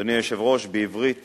אדוני היושב-ראש, בעברית